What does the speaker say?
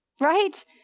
right